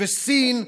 סין,